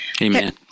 Amen